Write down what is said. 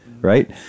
right